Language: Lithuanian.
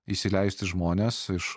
įsileisti žmones iš